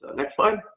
next slide.